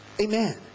Amen